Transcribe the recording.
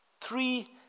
Three